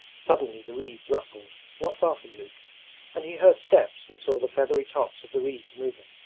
suddenly the reeds rustled not far from luke and he heard steps and saw the feathery tops of the reeds moving.